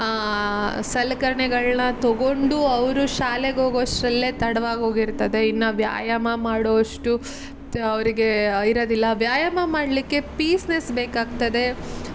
ಸಲಕರಣೆಗಳನ್ನು ತಗೊಂಡು ಅವರು ಶಾಲೆಗೆ ಹೋಗುವಷ್ಟರಲ್ಲೇ ತಡವಾಗಿ ಹೋಗಿರ್ತದೆ ಇನ್ನು ವ್ಯಾಯಾಮ ಮಾಡುವಷ್ಟು ಅವರಿಗೆ ಇರೋದಿಲ್ಲ ವ್ಯಾಯಾಮ ಮಾಡಲಿಕ್ಕೆ ಪೀಸ್ನೆಸ್ ಬೇಕಾಗ್ತದೆ